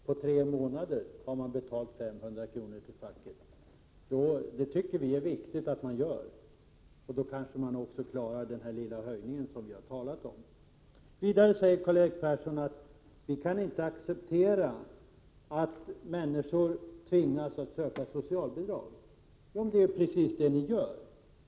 På tre månader har man betalat 500 kr. till facket. Det tycker vi är viktigt att man gör. Då kanske man också klarar den lilla höjning som vi har talat om. Vidare säger Karl-Erik Persson att vpk inte kan acceptera att människor tvingas söka socialbidrag. Men det är ju precis det ni gör.